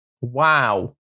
wow